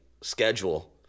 schedule